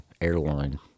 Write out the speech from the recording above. airline